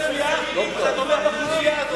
אתם כנופיה, ואתה תומך בכנופיה הזאת.